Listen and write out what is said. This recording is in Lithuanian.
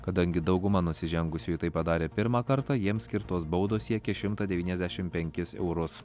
kadangi dauguma nusižengusiųjų tai padarė pirmą kartą jiems skirtos baudos siekia šimtą devyniasdešim penkis eurus